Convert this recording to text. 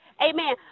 Amen